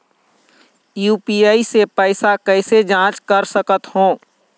UPI से पैसा कैसे जाँच कर सकत हो?